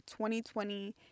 2020